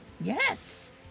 Yes